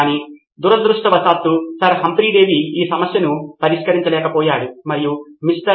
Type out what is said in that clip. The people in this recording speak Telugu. నేను వింటున్నది ఏమిటంటే పాఠశాలలకు మౌలిక సదుపాయాలు లేవు కాని విద్యార్థులకు కొంత మౌలిక సదుపాయాలు ఉన్నాయి మరియు మనము దానిని ఉపయోగిస్తాము